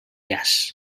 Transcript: jazz